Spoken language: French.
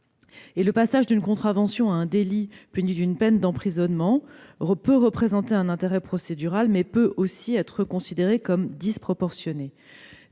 Le passage d'une contravention à un délit puni d'une peine d'emprisonnement peut présenter un intérêt procédural, mais peut aussi être considéré comme disproportionné.